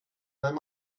mein